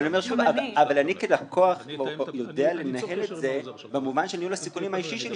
אבל אני כלקוח יודע לנהל את זה במובן של ניהול הסיכונים האישי שלי,